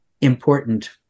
important